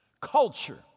Culture